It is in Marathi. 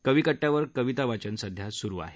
कवी कट्टयावर कविता वाचन सध्या सुरू आहे